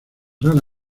rara